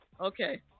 Okay